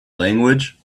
language